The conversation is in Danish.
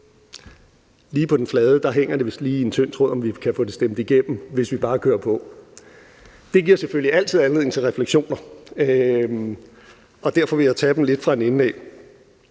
Lige på den flade hænger det vist lige i en tynd tråd, om vi kan få det stemt igennem, hvis vi bare kører på. Det giver selvfølgelig altid anledning til refleksioner, og derfor vil jeg tage dem lidt fra en ende af.